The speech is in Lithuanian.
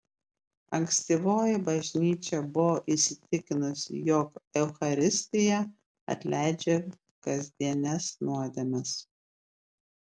ankstyvoji bažnyčia buvo įsitikinusi jog eucharistija atleidžia kasdienes nuodėmes